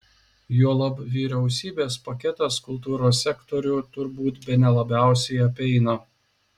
juolab vyriausybės paketas kultūros sektorių turbūt bene labiausiai apeina